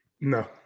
No